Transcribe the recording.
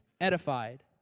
edified